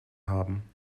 haben